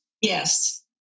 Yes